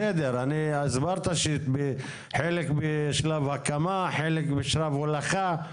הסברת שחלק משלב ההקמה, חלק משלב הולכה.